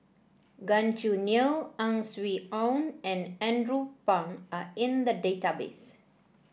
Gan Choo Neo Ang Swee Aun and Andrew Phang are in the database